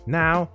now